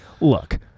look